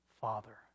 Father